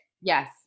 Yes